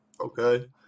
Okay